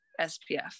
SPF